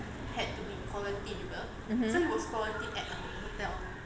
um hmm